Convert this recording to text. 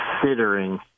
considering